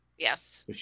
Yes